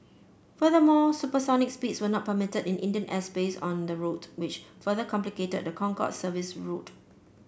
furthermore supersonic speeds were not permitted in Indian airspace on the route which further complicated the Concorde service's route